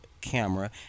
camera